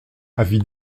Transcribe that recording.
avis